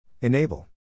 Enable